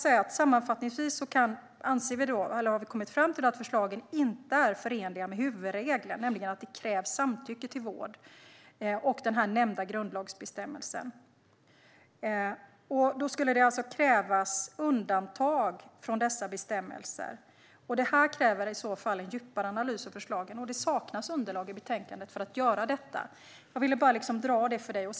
Sammanfattningsvis har vi kommit fram till att förslagen inte är förenliga med huvudregeln, nämligen att det krävs samtycke till vård, och den nämnda grundlagsbestämmelsen. Då skulle det alltså krävas undantag från dessa bestämmelser. Detta kräver i så fall en djupare analys av förslagen, och det saknas underlag i betänkandet för att göra detta. Jag vill bara dra detta för Johan Hultberg.